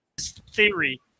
theory